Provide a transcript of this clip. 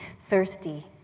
thirsty,